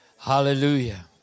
Hallelujah